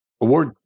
award